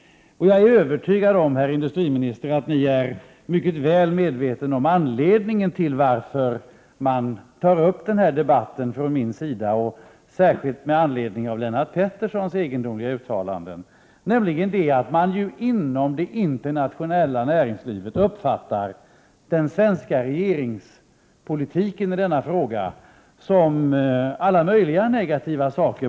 Jag är övertygad om att ni, herr industriminister, är mycket väl medveten om anledningen till att jag tar upp den här debatten, särskilt med tanke på Lennart Petterssons egendomliga uttalanden. Man uppfattar nämligen inom det internationella näringslivet den svenska regeringspolitiken i denna fråga på alla möjliga negativa sätt.